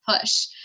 push